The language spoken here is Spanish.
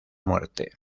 muerte